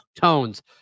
tones